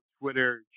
Twitter